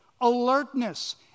alertness